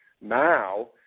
now